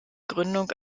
gründung